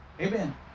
Amen